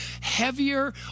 heavier